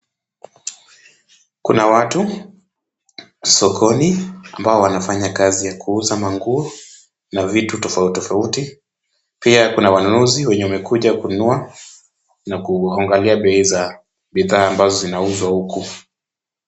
Kuna watu sokoni ambao wanafanya kazi ya kuuza nguo na vitu tofauti tofauti, pia kuna wanunuzi wenye wamekuja kununua na kuangalia bei za bidhaa ambazo zinauzwa huku.